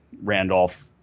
Randolph